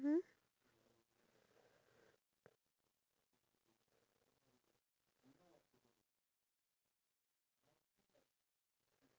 then choice A will lead you to this place choice B will lead you to this place so at every point in your life you must make sure that you have choice A and choice B